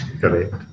Correct